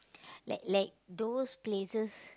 like like those places